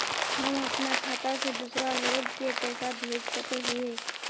हम अपना खाता से दूसरा लोग के पैसा भेज सके हिये?